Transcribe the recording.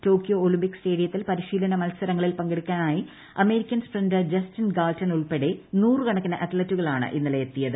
Tokyo Olympic സ്റ്റേഡിയത്തിൽ പരിശീലന മത്സരങ്ങളിൽ പങ്കെടുക്കാനായി അമേരിക്കൻ സ്പ്രിന്റർ ജസ്റ്റിൻ ഗാൾട്ടിൻ ഉൾപ്പെടെ നൂറുകണക്കിന് അത്ലറ്റുകളാണ് ഇന്നലെ എത്തിയത്